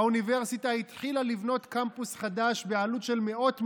האוניברסיטה התחילה לבנות קמפוס חדש בעלות של מאות מיליונים,